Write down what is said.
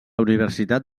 universitat